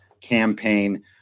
campaign